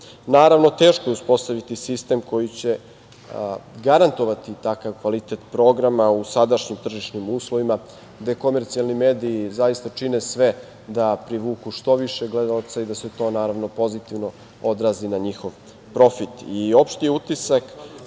Srbije. Naravno, teško je uspostaviti sistem koji će garantovati takav kvalitet programa u sadašnjim tržišnim uslovima, gde komercijalni mediji zaista čine sve da privuku što više gledaoca i da se to pozitivno odrazi na njihov profit. Opšti je utisak